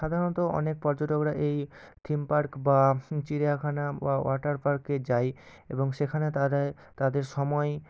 সাধারণত অনেক পর্যটকরা এই থিম পার্ক বা চিড়িয়াখানা বা ওয়াটার পার্কে যায় এবং সেখানে তারা তাদের সময়